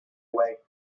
away